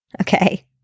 okay